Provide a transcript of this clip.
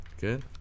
Good